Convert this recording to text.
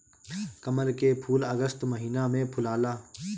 कमल के फूल अगस्त महिना में फुलाला